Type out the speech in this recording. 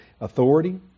authority